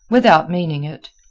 without meaning it.